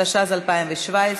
התשע"ז 2017,